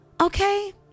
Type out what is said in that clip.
okay